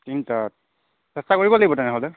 তিনিটাত চেষ্টা কৰিব লাগিব তেনেহ'লে